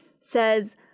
says